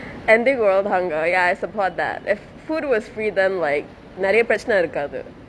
ending world hunger ya I support that if food was free then like நெறய பிரச்சணை இருக்காது:neraiya pirachanai irukaathu